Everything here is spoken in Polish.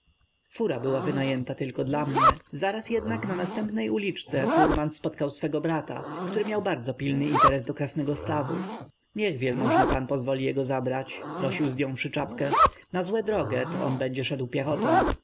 fura była wynajęta tylko dla mnie zaraz jednak na następnej uliczce furman spotkał swego brata który miał bardzo pilny interes do krasnegostawu niech wielmożny pan pozwoli jego zabrać prosił zdjąwszy czapkę na złe droge to on będzie szedł piechotą